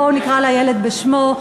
ובואו נקרא לילד בשמו.